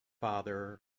Father